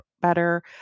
better